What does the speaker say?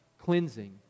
cleansing